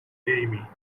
amy